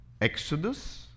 Exodus